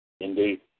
Indeed